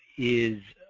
is